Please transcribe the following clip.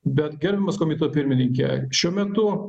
bet gerbiamas komiteto pirmininkę šiuo metu